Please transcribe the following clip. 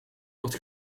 wordt